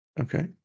Okay